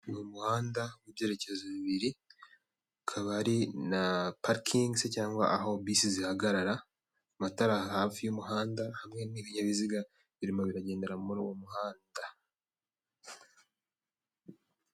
Ni umuhanda w'ibyerekezo bibiri hakaba hari na parikingizi cyangwa aho bisi zihagarara, amatara, hafi y'umuhanda hamwe n'ibinyabiziga birimo biragendera muri uwo muhanda.